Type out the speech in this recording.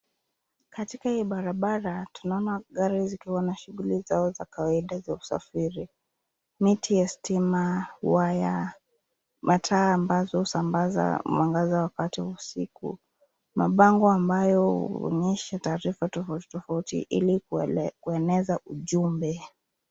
Katika hii barabara, tunaona gari zikiwa na shughuli zao za kawaida za usafiri. Miti ya stima, waya na taa ambazo husambaza mwanga wakati wa usiku. Pia mabango ambayo huonyesha taarifa au matangazo tofauti hili kueneza ujumbe.